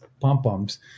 pom-poms